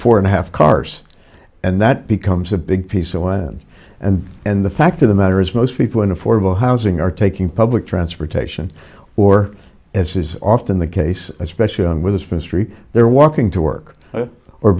four and a half cars and that becomes a big piece of land and and the fact of the matter is most people in affordable housing are taking public transportation or as is often the case especially on with this ministry they're walking to work or